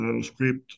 script